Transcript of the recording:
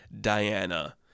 Diana